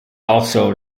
also